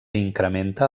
incrementa